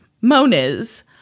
Moniz